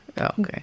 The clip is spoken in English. okay